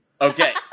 Okay